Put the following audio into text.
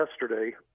yesterday